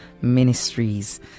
Ministries